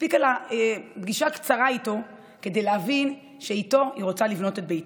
לה פגישה קצרה איתו כדי להבין שאיתו היא רוצה לבנות את ביתה.